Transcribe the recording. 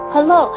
Hello